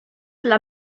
dla